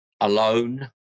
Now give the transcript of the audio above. alone